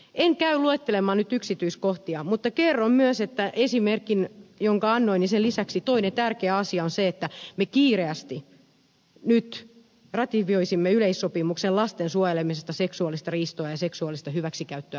en käy luettelemaan nyt yksityiskohtia mutta kerron myös antamani esimerkin lisäksi että toinen tärkeä asia on se että me kiireesti nyt ratifioisimme yleissopimuksen lasten suojelemisesta seksuaalista riistoa ja seksuaalista hyväksikäyttöä vastaan